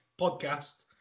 podcast